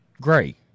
Gray